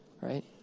right